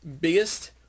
biggest